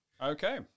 okay